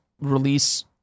release